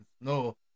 No